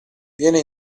viene